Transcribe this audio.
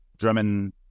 German